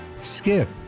skip